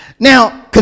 Now